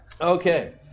Okay